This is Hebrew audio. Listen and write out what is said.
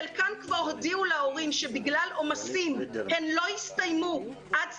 חלקן כבר הודיעו להורים שבגלל עומסים הן לא יסתיימו עד ספטמבר.